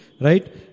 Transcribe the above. Right